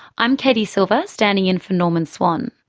i'm katie silver, standing in for norman swan.